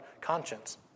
conscience